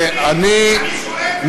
אני שואל ואני ממקד את זה.